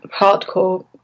hardcore